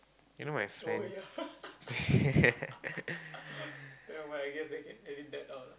you know my friend